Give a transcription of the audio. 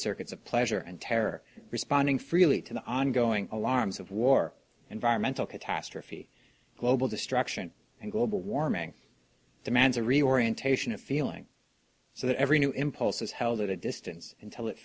circuits of pleasure and terror responding freely to the ongoing alarms of war environmental catastrophe global destruction and global warming demands a reorientation of feeling so that every new impulse is held at a distance until it